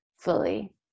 fully